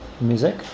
music